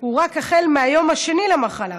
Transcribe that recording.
הוא רק החל מהיום השני למחלה,